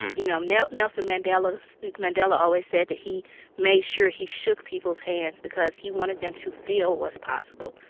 you know, nelson mandela so and mandela always said that he made sure he shook people's hands because he wanted them to feel what's possible.